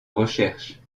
recherche